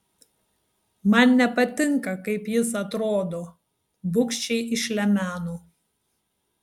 man nepatinka kaip jis atrodo bugščiai išlemeno